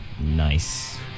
Nice